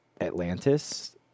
Atlantis